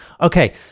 Okay